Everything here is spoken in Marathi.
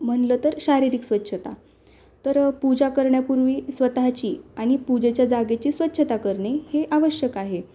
म्हटलं तर शारीरिक स्वच्छता तर पूजा करण्यापूर्वी स्वतःची आणि पूजेच्या जागेची स्वच्छता करणे हे आवश्यक आहे